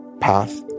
path